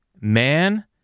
man